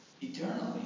eternally